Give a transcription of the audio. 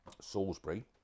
Salisbury